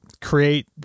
create